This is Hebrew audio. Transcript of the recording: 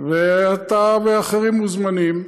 ואתה ואחרים מוזמנים.